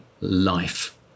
life